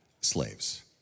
slaves